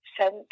sent